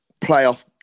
playoff